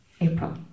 April